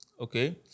okay